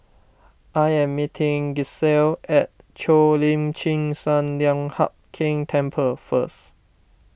I am meeting Gisselle at Cheo Lim Chin Sun Lian Hup Keng Temple first